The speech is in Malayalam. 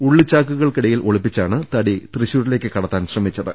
ഉള്ളിച്ചാക്കുകൾക്കിടയിൽ ഒളിപ്പിച്ചാണ് തടി തൃശൂരിലേക്ക് കടത്താൻ ശ്രമി ച്ചത്